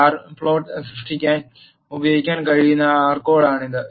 bar plot സൃഷ്ടിക്കാൻ ഉപയോഗിക്കാൻ കഴിയുന്ന ആർ കോഡാണിത്